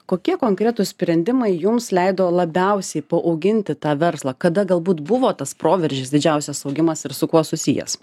kokie konkretūs sprendimai jums leido labiausiai paauginti tą verslą kada galbūt buvo tas proveržis didžiausias augimas ir su kuo susijęs